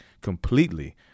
completely